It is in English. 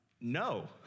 no